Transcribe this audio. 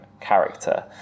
character